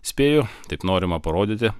spėju taip norima parodyti